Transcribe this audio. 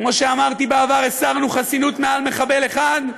כמו שאמרתי בעבר, הסרנו חסינות מעל מחבל אחד,